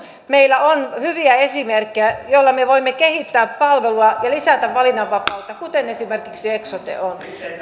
meillä on hyviä esimerkkejä joilla me voimme kehittää palvelua ja lisätä valinnanvapautta kuten esimerkiksi eksote on